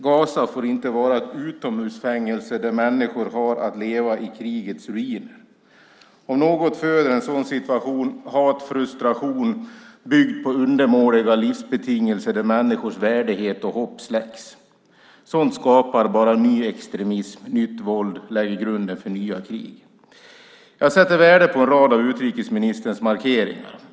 Gaza får inte vara ett utomhusfängelse där människor har att leva i krigets ruiner. Om något föder en sådan situation hat och frustration, byggt på undermåliga livsbetingelser där människors värdighet och hopp släcks. Sådant skapar bara nyextremism och nytt våld och lägger grunden till nya krig. Jag sätter värde på en rad av utrikesministerns markeringar.